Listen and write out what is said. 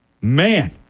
Man